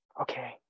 Okay